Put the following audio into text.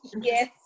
yes